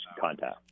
contact